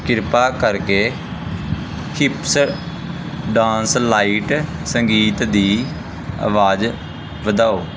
ਕਿਰਪਾ ਕਰਕੇ chips dance light ਸੰਗੀਤ ਦੀ ਆਵਾਜ਼ ਵਧਾਓ